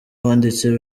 wanditse